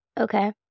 Okay